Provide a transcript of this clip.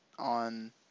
On